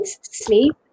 sleep